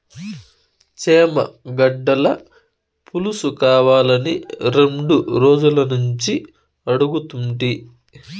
చేమగడ్డల పులుసుకావాలని రెండు రోజులనుంచి అడుగుతుంటి